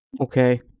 Okay